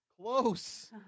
Close